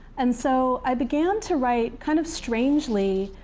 and so i began to write kind of strangely